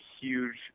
huge